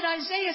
Isaiah